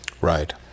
Right